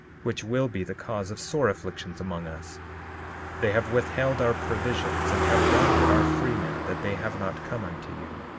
which will be the cause of sore affliction among us they have withheld our provisions, and have daunted our freemen that they have not come unto you.